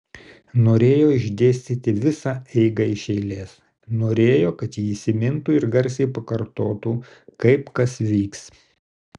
norėjo išdėstyti visą eigą iš eilės norėjo kad ji įsimintų ir garsiai pakartotų kaip kas vyks